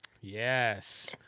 Yes